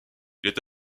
est